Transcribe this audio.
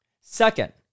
Second